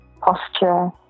posture